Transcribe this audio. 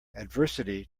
adversity